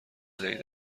بدهید